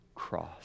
Cross